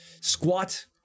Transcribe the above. squat